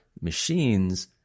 machines